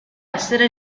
essere